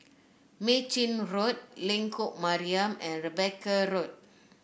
Mei Chin Road Lengkok Mariam and Rebecca Road